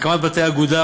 הקמת בתי-אגודה,